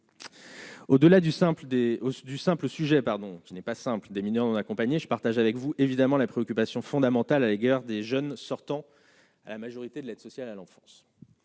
n'est pas simple des mineurs non accompagnés, je partage avec vous, évidemment la préoccupation fondamentale à l'égard des jeunes sortant à la majorité de l'aide sociale à l'enfance